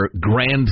grand